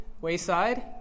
Wayside